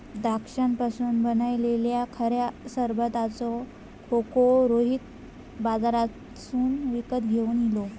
द्राक्षांपासून बनयलल्या खऱ्या सरबताचो खोको रोहित बाजारातसून विकत घेवन इलो